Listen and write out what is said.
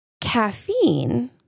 Caffeine